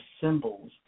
symbols